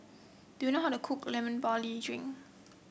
do you know how to cook Lemon Barley Drink